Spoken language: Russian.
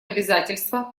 обязательства